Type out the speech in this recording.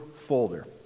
folder